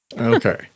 Okay